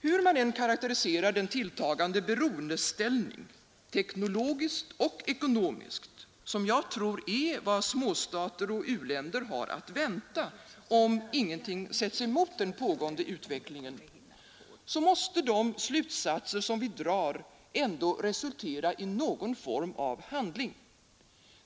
Hur man än karakteriserar den tilltagande beroendeställning, teknologiskt och ekonomiskt, som jag tror är vad småstater och u-länder har att vänta, om ingenting sätts emot den pågående utvecklingen, måste de slutsatser vi drar ändå resultera i någon form av handling.